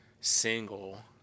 single